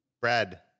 Brad